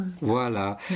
Voilà